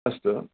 अस्तु